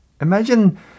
imagine